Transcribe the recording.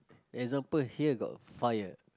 example here got fire